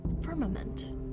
firmament